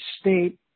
state